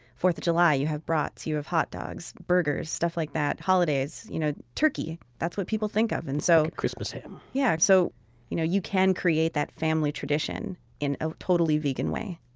fourth of july you have brats, you have hot dogs, burgers, stuff like that. holidays you know turkey that's what people think of and so christmas ham yeah so you know you can create that family tradition in a totally vegan way